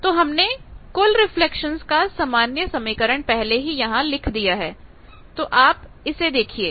तो हमने कुल रिफ्लेक्शन का सामान्य समीकरण पहले से ही यहां लिख दिया है तो आप इसे देखिए